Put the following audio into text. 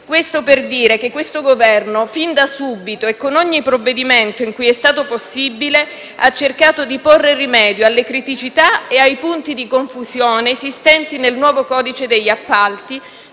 Questo per dire che il Governo in carica, fin da subito e con ogni provvedimento con cui è stato possibile, ha cercato di porre rimedio alle criticità e ai punti di confusione esistenti nel nuovo codice degli appalti